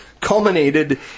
culminated